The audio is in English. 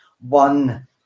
one